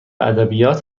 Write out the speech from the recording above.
ادبیات